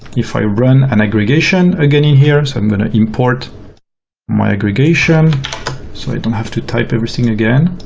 if i run an aggregation again in here i'm going to import my aggregation so i don't have to type everything again.